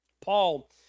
Paul